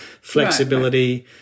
flexibility